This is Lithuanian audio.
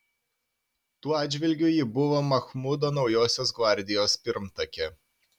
tuo atžvilgiu ji buvo machmudo naujosios gvardijos pirmtakė